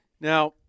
Now